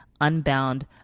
unbound